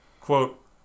quote